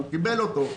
הוא קיבל אותו.